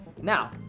Now